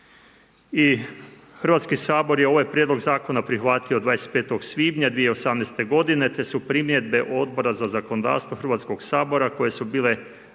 I Hrvatski sabor je ovaj Prijedlog Zakona prihvatio 25. svibnja 2018. godine, te se primjedbe Odbora za zakonodavstvo Hrvatskog sabora koje su bile